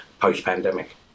post-pandemic